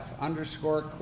underscore